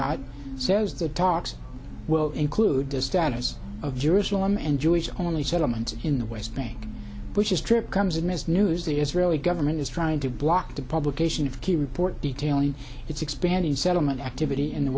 ed says the talks will include the status of jerusalem and jewish only settlements in the west bank bush's trip comes in as news the israeli government is trying to block the publication of key report detailing its expanded settlement activity in the